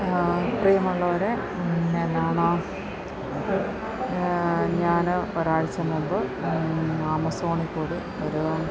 പ്രിയമുള്ളവരേ പിന്നെ എന്നാണ് ഞാൻ ഒരാഴ്ച മുമ്പ് ആമസോണിൽ കൂടി ഒരു